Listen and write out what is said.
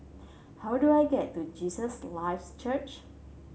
how do I get to Jesus Lives Church